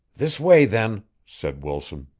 this way then, said wilson.